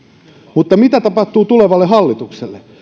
mutta mitä tapahtuu tulevalle hallitukselle se